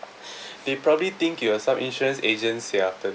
they probably think you are some insurance agent ya after